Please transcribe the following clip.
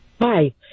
Hi